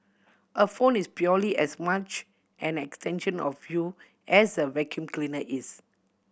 a phone is purely as much an extension of you as a vacuum cleaner is